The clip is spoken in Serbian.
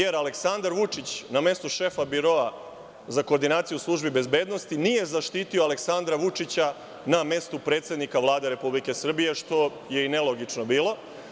Aleksandar Vučić na mestu šefa biroa za koordinaciju službi bezbednosti nije zaštitio Aleksandra Vučića na mestu predsednika Vlade Republike Srbije, što je i nelogično bilo.